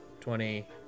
twenty